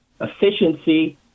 efficiency